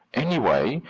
anyway,